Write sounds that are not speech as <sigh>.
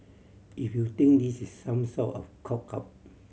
if you think this is some sort of cop <unintelligible>